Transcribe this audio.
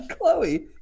Chloe